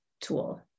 tool